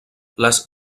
les